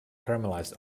caramelized